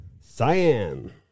Cyan